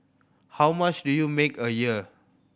how much do you make a year